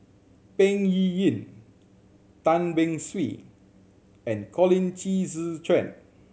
Peng Yuyun Tan Beng Swee and Colin Qi Zhe Quan